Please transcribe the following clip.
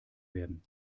werden